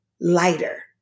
lighter